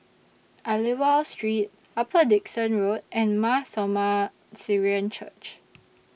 Aliwal Street Upper Dickson Road and Mar Thoma Syrian Church